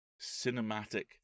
cinematic